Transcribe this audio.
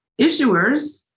issuers